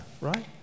right